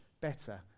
better